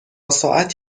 ساعت